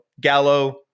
Gallo